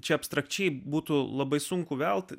čia abstrakčiai būtų labai sunku gauti